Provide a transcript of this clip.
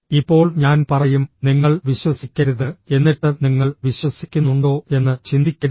ഇപ്പോൾ ഞാൻ പറയും നിങ്ങൾ വിശ്വസിക്കരുത് എന്നിട്ട് നിങ്ങൾ വിശ്വസിക്കുന്നുണ്ടോ എന്ന് ചിന്തിക്കരുത്